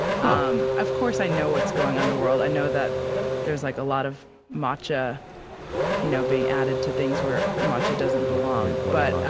um of course, i know what's going on the world. i know that there's like a lot of matcha you know being added to things where matcha doesn't belong what is